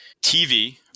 TV